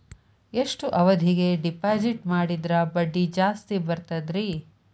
ಎಷ್ಟು ಅವಧಿಗೆ ಡಿಪಾಜಿಟ್ ಮಾಡಿದ್ರ ಬಡ್ಡಿ ಜಾಸ್ತಿ ಬರ್ತದ್ರಿ?